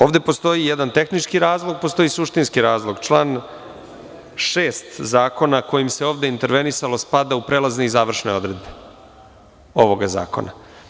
Ovde postoji jedan tehnički razlog i suštinski razlog, član 6. zakona kojim se ovde intervenisalo spada u prelazne i završne odredbe ovog zakona.